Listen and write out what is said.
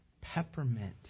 peppermint